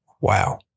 wow